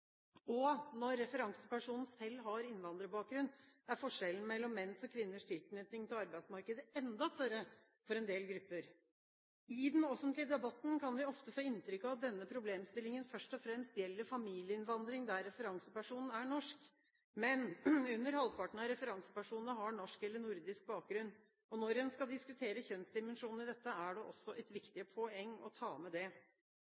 Når referansepersonen selv har innvandrerbakgrunn, er forskjellen mellom menns og kvinners tilknytning til arbeidsmarkedet enda større for en del grupper. I den offentlige debatten kan vi ofte få inntrykk av at denne problemstillingen først og fremst gjelder familieinnvandring der referansepersonen er norsk, men under halvparten av referansepersonene har norsk eller nordisk bakgrunn. Når en skal diskutere kjønnsdimensjonen i dette, er det også et